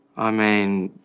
i mean,